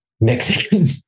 Mexican